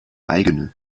eigene